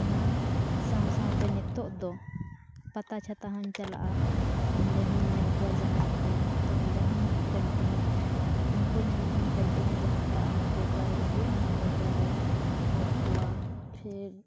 ᱚᱱᱟ ᱥᱟᱶᱼᱥᱟᱶᱛᱮ ᱱᱤᱛᱚᱜ ᱫᱚ ᱯᱟᱛᱟᱼᱪᱷᱟᱛᱟ ᱦᱚᱧ ᱪᱟᱞᱟᱜᱼᱟ ᱚᱸᱰᱮᱦᱚᱧ ᱧᱮᱞ ᱠᱚᱣᱟ ᱡᱟᱦᱟᱸᱭ ᱠᱚ ᱛᱚ ᱚᱸᱰᱮᱦᱚᱧ ᱩᱱᱠᱩ ᱧᱮᱞ ᱛᱮᱦᱚᱧ ᱼᱟ ᱡᱟᱦᱟᱴᱟᱜ ᱚᱱᱟ ᱤᱧ ᱤᱫᱤᱭᱟ ᱚᱱᱟ ᱨᱮᱧ ᱚᱞ ᱠᱚᱣᱟ ᱯᱷᱤᱨ